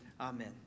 Amen